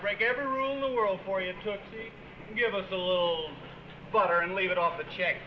break every rule the world for you took to be give us a little butter and leave it off the check